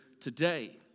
today